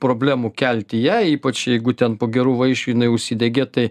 problemų kelti jai ypač jeigu ten po gerų vaišių jinai užsidegė tai